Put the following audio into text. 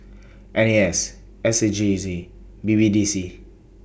I S S A J C and B B D C